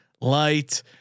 light